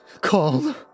call